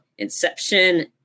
Inception